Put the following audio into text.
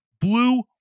Blue